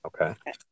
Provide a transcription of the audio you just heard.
Okay